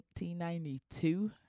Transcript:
1992